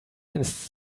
ins